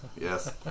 Yes